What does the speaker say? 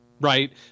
Right